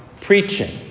Preaching